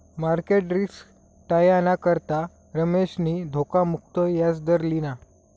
market risk टायाना करता रमेशनी धोखा मुक्त याजदर लिना